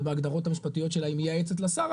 ובהגדרות המשפטיות שלה היא מייעצת לשר,